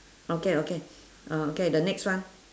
okay okay ah okay the next one